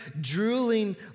drooling